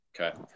Okay